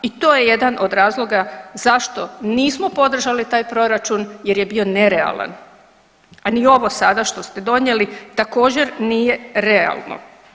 I to je jedan od razloga zašto nismo podržali taj proračun jer je bio nerealan, a ni ovo sada što ste donijeli također nije realno.